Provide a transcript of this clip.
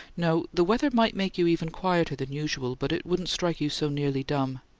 no the weather might make you even quieter than usual, but it wouldn't strike you so nearly dumb.